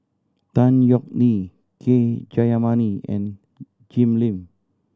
Tan Yeok Nee K Jayamani and Jim Lim